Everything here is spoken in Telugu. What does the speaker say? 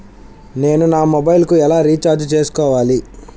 నేను నా మొబైల్కు ఎలా రీఛార్జ్ చేసుకోవాలి?